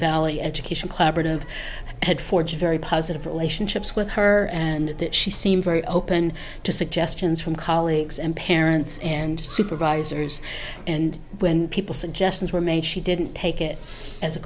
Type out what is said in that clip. value education clabbered of had forged very positive relationships with her and she seemed very open to suggestions from colleagues and parents and supervisors and people suggestions were made she didn't take it as a